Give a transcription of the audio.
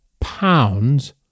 pounds